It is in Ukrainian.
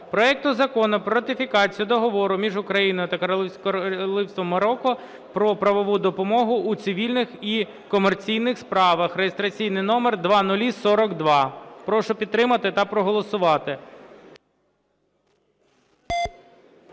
проекту Закону про ратифікацію Договору між Україною та Королівством Марокко про правову допомогу у цивільних і комерційних справах (реєстраційний номер 0042). Прошу підтримати та проголосувати.